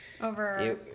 Over